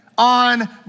On